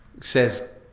says